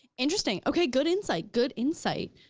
interesting, okay good insight. good insight,